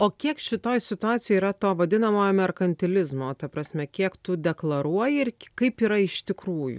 o kiek šitoj situacijoj yra to vadinamojo merkantilizmo ta prasme kiek tu deklaruoji ir kaip yra iš tikrųjų